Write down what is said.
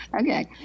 Okay